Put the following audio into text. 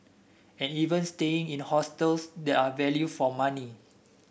and even staying in hostels that are value for money